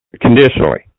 Conditionally